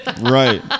Right